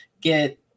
get